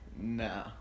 No